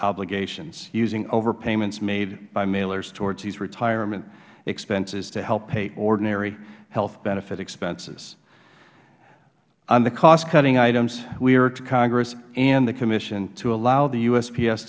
obligations using overpayments made by mailers towards these retirement expenses to help pay ordinary health benefit expenses on the cost cutting items we urge congress and the commission to allow the u